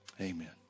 amen